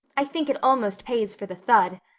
i think it almost pays for the thud.